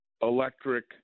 electric